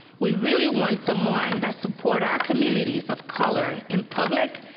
we really want someone that support our communities of color in public,